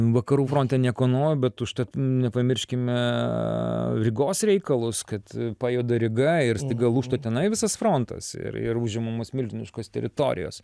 vakarų fronte nieko naujo bet užtat nepamirškime rygos reikalus kad pajuda ryga ir staiga lūžta tenai visas frontas ir ir užimamos milžiniškos teritorijos